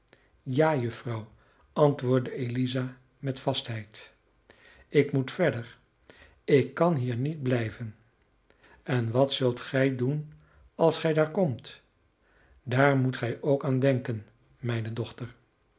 ja juffrouw antwoordde eliza met vastheid ik moet verder ik kan hier niet blijven en wat zult gij doen als gij daar komt daar moet gij ook aan denken mijne dochter